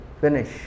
finish